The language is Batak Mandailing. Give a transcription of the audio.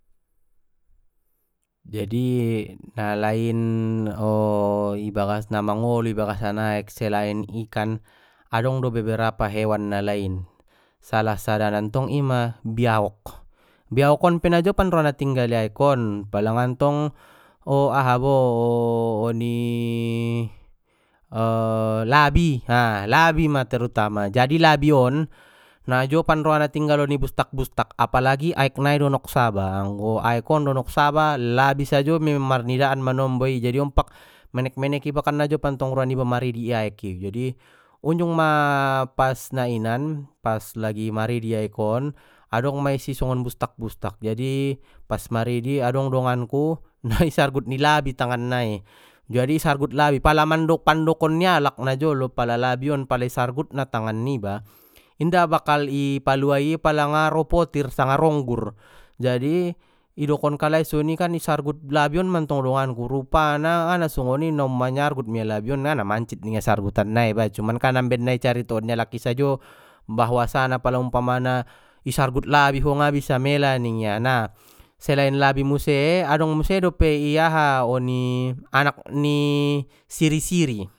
Jadi na lain i bagas na mangolu ibagasan aek selain ikan adong do beberapa hewan na lain salah sada ntong ima biawok, biawok on pe na jopan roa na tinggal i aek on pala ngantong aha bo oni, labi ha labima terutama jadi labi on, na jop an roa na tinggal i bustak bustak apalagi aek na donok saba anggo aek on donok saba labi sajo mei marnidaan manombo i jadi ompak menek menek iba kan najopan tong roa niba maridi di i aek i jadi, unjung ma pas na inan pas lagi maridi di aek on adong ma isi songon bustak bustak jadi, pas maridi adong dongan ku na di sargut ni labi tangan nai jadi isargut labi pala mandok pandokon ni alak na jolo pala labion pala i sargutna tangan niba, inda bakal i palua i pala nga ro potir sanga ronggur, jadi idokon kalai soni i sargut labi on mantong donganku rupana ngana soni na manyargut mia labion ngana mancit ningia sargutan nai ba cumankan amben na caritoon ni alak i sajo bahwasana pala umpamana i sargut labi ho ngabisa mela ningia na selain labi muse adong muse dopei i aha oni anak ni siri siri.